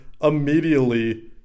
immediately